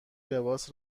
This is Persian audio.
لباس